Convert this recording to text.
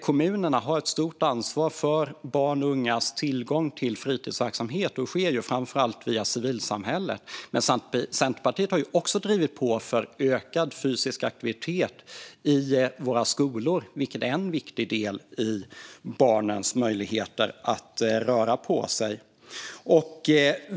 Kommunerna har stort ansvar för barns och ungas tillgång till fritidsverksamhet, och det sker ju framför allt via civilsamhället. Centerpartiet har drivit på för ökad fysisk aktivitet i skolorna, vilket är en viktig del av barnens möjligheter att röra på sig.